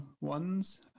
ones